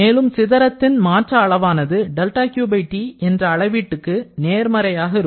மேலும் சிதறத்தின் மாற்ற அளவானது 'δQT' என்ற அளவீட்டுக்கு நேர்மறையாக இருக்கும்